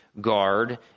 guard